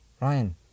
Ryan